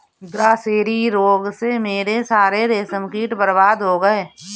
grasserie रोग से मेरे सारे रेशम कीट बर्बाद हो गए